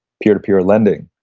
peer to peer lending,